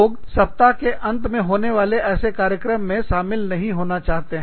लोग सप्ताह के अंत में होने वाले ऐसे कार्यक्रमों में शामिल नहीं होना चाहते हैं